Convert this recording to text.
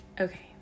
Okay